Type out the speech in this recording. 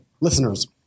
listeners